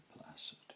placid